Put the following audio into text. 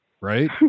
right